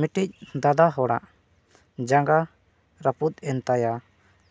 ᱢᱤᱫᱴᱮᱡ ᱫᱟᱫᱟ ᱦᱚᱲᱟᱜ ᱡᱟᱸᱜᱟ ᱨᱟᱹᱯᱩᱫ ᱮᱱ ᱛᱟᱭᱟ